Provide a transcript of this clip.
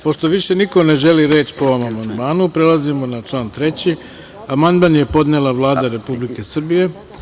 Pošto više niko ne želi reč po ovom amandmanu, prelazimo na član 3. Amandman je podnela Vlada Republike Srbije.